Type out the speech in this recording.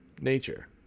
nature